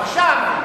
עכשיו,